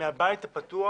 מהבית הפתוח